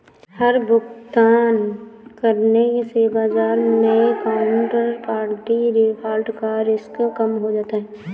हर भुगतान करने से बाजार मै काउन्टरपार्टी डिफ़ॉल्ट का रिस्क कम हो जाता है